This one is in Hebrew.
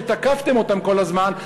שתקפתם כל הזמן,